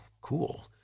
cool